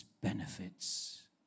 benefits